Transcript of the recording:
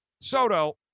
Soto